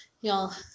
y'all